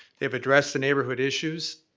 they have addressed the neighborhood issues